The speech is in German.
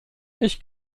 ich